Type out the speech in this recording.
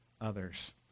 others